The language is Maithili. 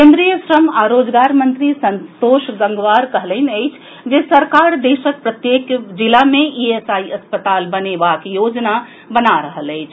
केन्द्रीय श्रम आ रोजगार मंत्री संतोष गंगवार कहलनि अछि जे सरकार देशक प्रत्येक जिला मे ईएसआई अस्पताल बनेबाक योजना बना रहल अछि